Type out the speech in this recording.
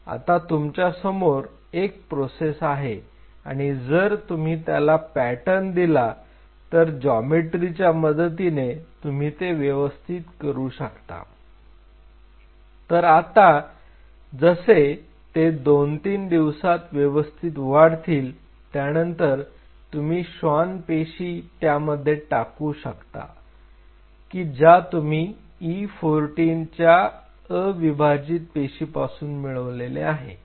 आता तुमच्या समोर एक प्रोसेस आहे आणि जर तुम्ही त्याला पॅटर्न दिला तर जॉमेट्री च्या मदतीने तुम्ही ते व्यवस्थित करू शकता जर आता जसे ते २ ३ दिवसात व्यवस्थित वाढतील त्यानंतर तुम्ही श्वान पेशी त्यामध्ये टाकू शकता की ज्या तुम्ही E14 च्या अविभाजित पेशीपासून मिळवले आहे